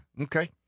Okay